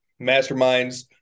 Masterminds